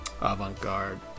avant-garde